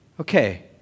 okay